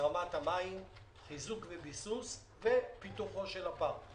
הזרמת המים, חיזוק וביסוס ופיתוחו של הפארק.